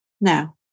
Now